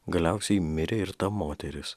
galiausiai mirė ir ta moteris